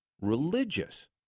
religious